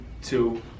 two